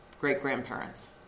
great-grandparents